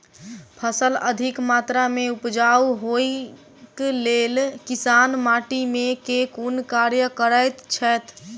फसल अधिक मात्रा मे उपजाउ होइक लेल किसान माटि मे केँ कुन कार्य करैत छैथ?